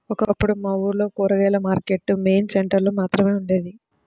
ఒకప్పుడు మా ఊర్లో కూరగాయల మార్కెట్టు మెయిన్ సెంటర్ లో మాత్రమే ఉండేది